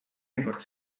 mõnikord